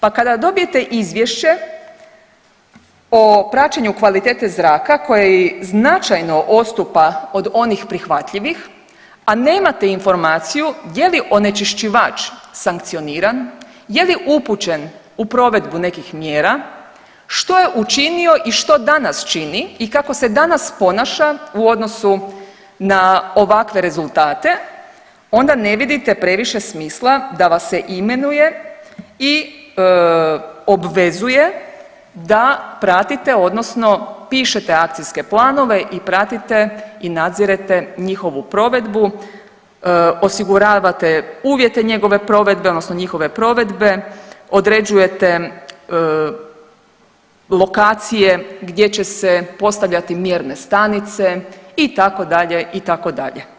Pa kada dobijete izvješće o praćenju kvalitete zraka koje značajno odstupa od onih prihvatljivih, a nemate informaciju je li onečišćivač sankcioniran, je li upućen u provedbu nekih mjera, što je učinio i što danas čini i kako se danas ponaša u odnosu na ovakve rezultate, onda ne vidite previše smisla da vas se imenuje i obvezuje da pratite odnosno pišete akcijske planove i pratite i nadzirete njihovu provedbu, osiguravate uvjete njegove provedbe, odnosno njihove provedbe, određujete lokacije gdje će se postavljati mjerne stanice, itd., itd.